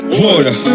water